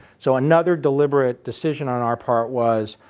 so another deliberate decision on our part was,